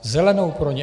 Zelenou pro ně.